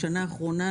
בשנה האחרונה,